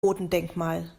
bodendenkmal